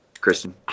Kristen